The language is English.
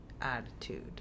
attitude